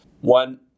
One